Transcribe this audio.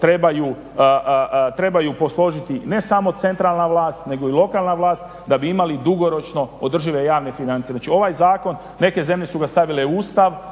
trebaju posložiti ne samo centralna vlast nego i lokalna vlast da bi imali dugoročno održive javne financije. Znači ovaj zakon, neke zemlje su ga stavile u Ustav,